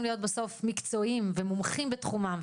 בסוף להיות מקצועיים ומומחים בתחומם,